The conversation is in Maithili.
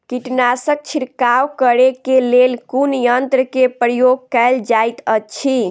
कीटनासक छिड़काव करे केँ लेल कुन यंत्र केँ प्रयोग कैल जाइत अछि?